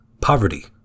poverty